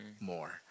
more